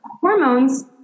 hormones